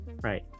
Right